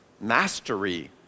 mastery